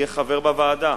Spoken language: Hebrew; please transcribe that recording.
יהיה חבר בוועדה,